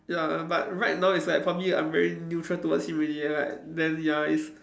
ya but right now it's like probably I'm very neutral towards him already like then ya it's